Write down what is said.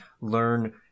learn